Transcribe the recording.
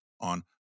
on